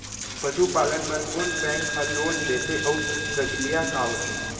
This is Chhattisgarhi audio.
पसु पालन बर कोन बैंक ह लोन देथे अऊ प्रक्रिया का होथे?